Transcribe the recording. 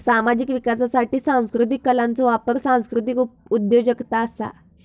सामाजिक विकासासाठी सांस्कृतीक कलांचो वापर सांस्कृतीक उद्योजगता असा